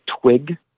twig